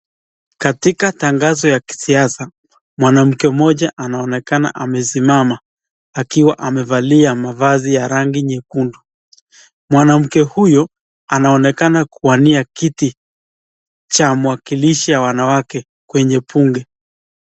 Katika tangazo ya kisiasa, mwanamke mmoja anaonekana amesimama akiwa amevalia mavazi ya rangi nyekundu. Mwanamke huyo anaonekana kuwania kiti cha mwakilishi ya wanawake kwenye bunge.